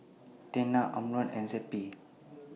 Tena Omron and Zappy